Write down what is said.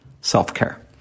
self-care